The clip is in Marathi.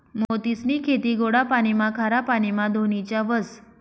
मोतीसनी खेती गोडा पाणीमा, खारा पाणीमा धोनीच्या व्हस